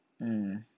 mm